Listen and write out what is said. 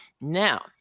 Now